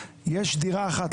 יש דירה אחת,